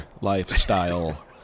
lifestyle